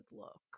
look